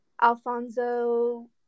Alfonso